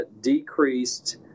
decreased